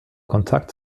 kontakt